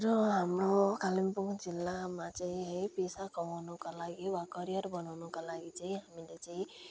र हाम्रो कालिम्पोङ जिल्लामा चाहिँ है पैसा कमाउनको लागि वा करियर बनाउनको लागि चाहिँ हामीले चाहिँ